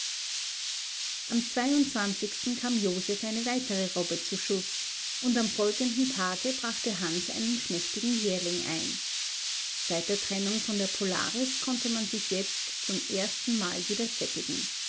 am kam joseph eine weitere robbe zu schuß und am folgenden tage brachte hans einen schmächtigen jährling ein seit der trennung von der